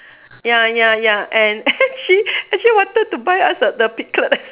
ya ya ya and she actually wanted to buy us a the piglet